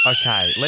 Okay